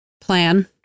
plan